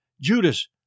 Judas